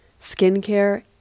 skincare